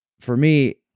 for me,